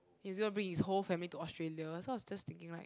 he's going to bring his whole family to Australia so I was just thinking like